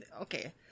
okay